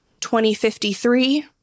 2053